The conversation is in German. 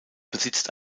besitzt